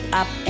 up